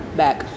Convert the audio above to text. back